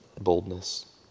boldness